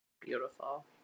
Beautiful